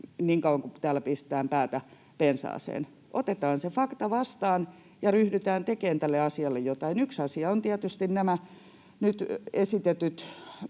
niin kauan kuin täällä pistetään päätä pensaaseen. Otetaan se fakta vastaan ja ryhdytään tekemään tälle asialle jotain. Yksi asia ovat tietysti nämä nyt esitetyt